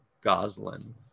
Goslin